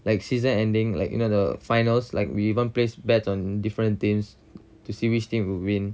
like season ending like you know the finals like we even place bets on different teams to see which team would win